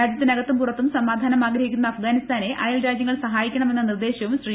രാജ്യത്തിനകത്തും പുറത്തും സമാധാന്റ് ആഗ്രഹിക്കുന്ന അഫ്ഗാനിസ്ഥാനെ അയൽ രാജ്യങ്ങൾ സഹായിക്കണമെന്ന നിർദ്ദേശവും ശ്രീ